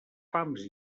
fams